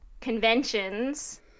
conventions